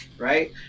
Right